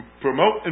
promote